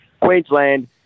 Queensland